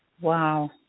Wow